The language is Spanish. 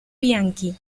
bianchi